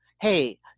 Hey